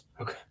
Okay